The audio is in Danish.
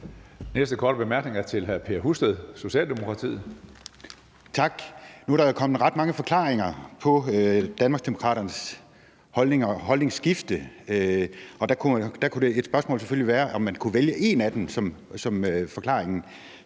næste korte bemærkning er til hr. Per Husted, Socialdemokratiet. Kl. 13:24 Per Husted (S): Tak. Nu er der kommet ret mange forklaringer på Danmarksdemokraternes holdning og holdningsskifte, og der kunne et spørgsmål selvfølgelig være, om man kunne vælge én af dem som forklaring.